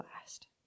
last